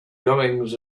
goings